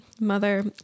mother